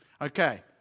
Okay